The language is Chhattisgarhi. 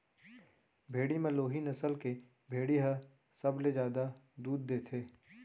भेड़ी म लोही नसल के भेड़ी ह सबले जादा दूद देथे